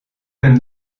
ben